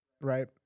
right